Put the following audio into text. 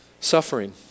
Suffering